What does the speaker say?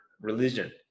religion